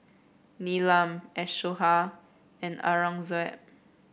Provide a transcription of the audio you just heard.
Neelam Ashoka and Aurangzeb